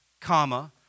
comma